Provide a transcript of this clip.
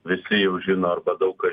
visi jau žino arba daug kas